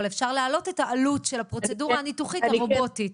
אבל אפשר להעלות את העלות של הפרוצדורה הניתוחית הרובוטית.